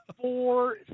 Four